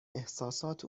احساسات